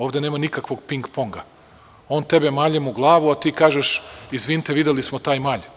Ovde nema nikakvog ping ponga, on tebe maljem u glavu, a ti kažeš – izvinite, videli smo taj malj.